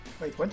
Wait